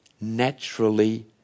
naturally